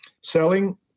Selling